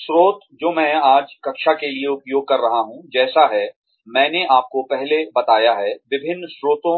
स्त्रोत जो मैं आज कक्षा के लिए उपयोग कर रहा हूं जैसे हैं मैंने आपको पहले बताए हैं विभिन्न स्रोतों